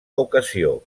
ocasió